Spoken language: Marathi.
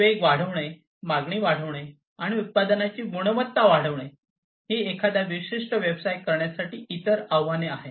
वेग वाढवणे मागणी वाढविणे आणि उत्पादनाची गुणवत्ता वाढवणे ही एखादा विशिष्ट व्यवसाय करण्यासाठी इतर आव्हाने आहेत